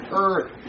earth